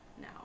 now